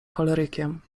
cholerykiem